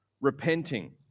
repenting